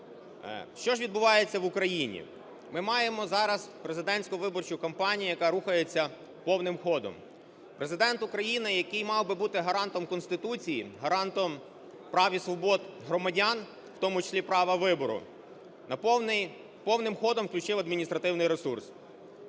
Що ж відбувається в Україні? Ми маємо зараз президентську виборчу кампанію, яка рухається повним ходом. Президент України, який мав би бути гарантом Конституції, гарантом прав і свобод громадян, в тому числі права вибору, повним ходом включив адміністративний ресурс.